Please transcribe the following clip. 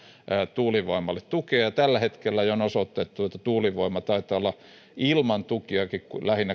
tuulivoimalle tukea ja tällä hetkellä jo on osoitettu että tuulivoima taitaa olla ilman tukiakin